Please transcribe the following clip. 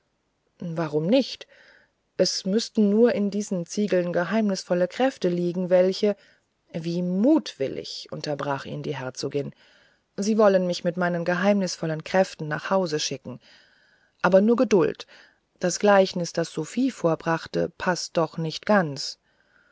warum nicht es müßten nur in diesen ziegeln geheimnisvolle kräfte liegen welche wie mutwillig unterbrach ihn die herzogin sie wollen mich mit meinen geheimnisvollen kräften nach hause schicken aber nur geduld das gleichnis das sophie vorbrachte paßt doch nicht ganz